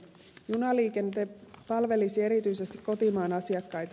junaliikenne palvelisi erityisesti kotimaan asiakkaita